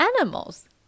animals